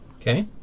Okay